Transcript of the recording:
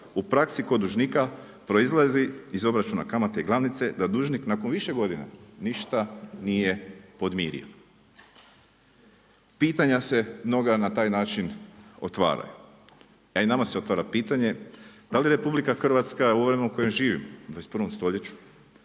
u praski kod dužnika proizlazi iz obračuna kamate i glavnice da dužnik nakon više godina ništa nije podmirio. Pitanje se mnoga na taj način otvaraju, a i nama se otvara pitanje da li RH u vremenu u kojem živimo u 21. stoljeću,